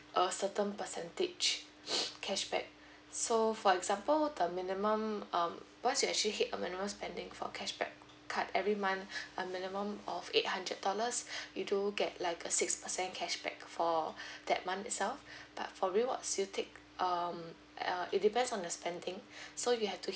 a certain percentage cashback so for example the minimum um once you actually hit a minimum spending for cashback card every month a minimum of eight hundred dollars you do get like a six percent cashback for that month itself but for rewards you take um uh it depends on the spending so you have to